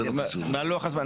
מה לוח הזמנים?